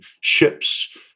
ships